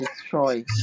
destroy